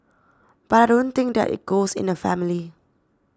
but I don't think that it goes in the family